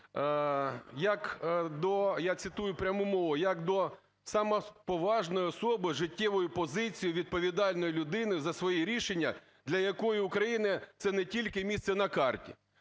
як до "самоповажної особи з життєвою позицією відповідальної людини за свої рішення, для якої Україна це не тільки місце на карті".